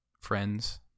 friends